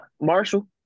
Marshall